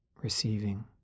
receiving